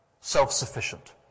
self-sufficient